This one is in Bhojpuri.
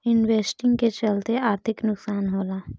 इन्वेस्टिंग के चलते आर्थिक नुकसान होला